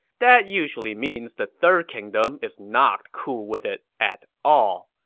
that usually means the third kingdom is not cool with it at all.